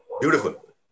Beautiful